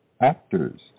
Actors